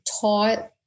taught